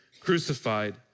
crucified